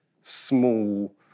small